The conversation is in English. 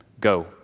Go